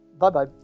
bye-bye